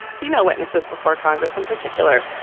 female witnesses before congress in particular.